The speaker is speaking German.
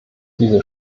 diese